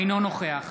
אינו נוכח